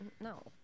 No